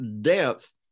depth